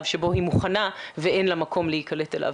שבו היא מוכנה ואין לה מקום להקלט אליו.